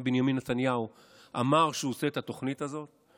בנימין נתניהו אמר שהוא עושה את התוכנית הזאת.